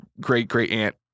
great-great-aunt